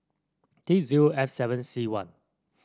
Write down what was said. T zero F seven C one